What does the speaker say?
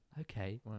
Okay